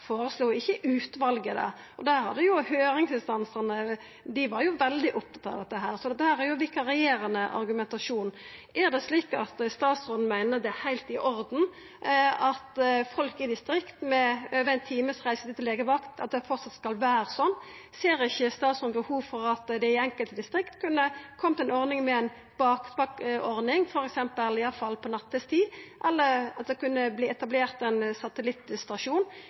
føreslo ikkje utvalet. Høyringsinstansane var jo veldig opptatt av dette, så dette er vikarierande argumentasjon. Meiner statsråden det er heilt i orden at folk i distrikta med over ein times reisetid til legevakt framleis skal ha det slik? Ser ikkje statsråden behov for at det i enkelte distrikt kunne kome ei bakvaktordning, i alle fall nattetid, eller at det kunne etablerast ein